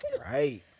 Right